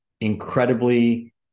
incredibly